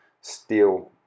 steel